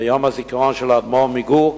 ביום הזיכרון של האדמו"ר מגור,